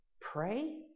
pray